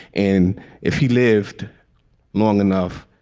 and if he lived long enough,